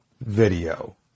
video